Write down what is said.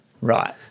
Right